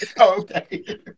Okay